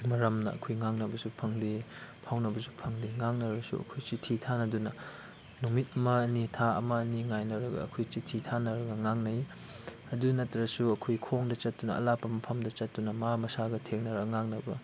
ꯃꯔꯝꯅ ꯑꯩꯈꯣꯏ ꯉꯥꯡꯅꯕꯁꯨ ꯐꯪꯗꯦ ꯐꯥꯎꯅꯕꯁꯨ ꯐꯪꯗꯦ ꯉꯥꯡꯅꯔꯁꯨ ꯑꯩꯈꯣꯏ ꯆꯤꯊꯤ ꯊꯥꯅꯗꯨꯅ ꯅꯨꯃꯤꯠ ꯑꯃ ꯑꯅꯤ ꯊꯥ ꯑꯃ ꯑꯅꯤ ꯉꯥꯏꯅꯔꯒ ꯑꯩꯈꯣꯏ ꯆꯤꯊꯤ ꯊꯥꯅꯔꯒ ꯉꯥꯡꯅꯩ ꯑꯗꯨ ꯅꯠꯇ꯭ꯔꯁꯨ ꯑꯩꯈꯣꯏ ꯈꯣꯡꯅ ꯆꯠꯇꯨꯅ ꯑꯂꯥꯞꯄ ꯃꯐꯝꯗ ꯆꯠꯇꯨꯅ ꯃꯥ ꯃꯁꯥꯒ ꯊꯦꯡꯅꯔꯒ ꯉꯥꯡꯅꯕ